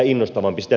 toinen